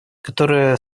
которая